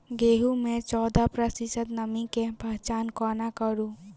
गेंहूँ मे चौदह प्रतिशत नमी केँ पहचान कोना करू?